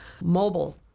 mobile